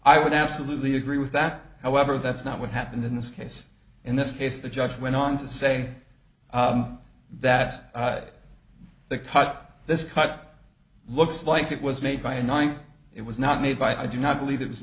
i would absolutely agree with that however that's not what happened in this case in this case the judge went on to say that they cut this cut looks like it was made by a nine it was not made by i do not believe it was